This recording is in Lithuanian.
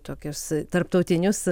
tokius tarptautinius